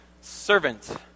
servant